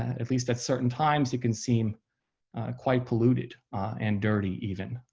at least at certain times, it can seem quite polluted and dirty even,